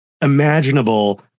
imaginable